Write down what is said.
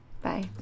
bye